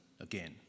again